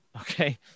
okay